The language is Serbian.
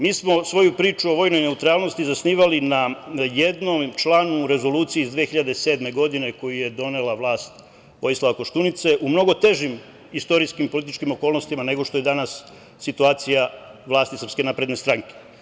Mi smo svoju priču o vojnoj neutralnosti zasnivali na jednom članu Rezolucije iz 2007. godine, koju je donela vlast Vojislava Koštunice u mnogo težim istorijskim političkim okolnostima nego što je danas situacija vlasti SNS.